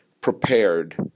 prepared